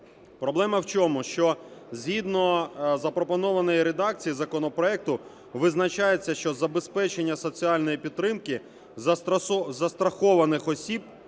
проблема в чому? Що згідно запропонованої редакції законопроекту визначається, що забезпечення соціальної підтримки застрахованих осіб,